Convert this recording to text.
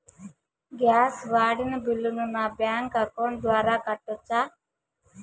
Gas వాడిన బిల్లును నా బ్యాంకు అకౌంట్ ద్వారా కట్టొచ్చా?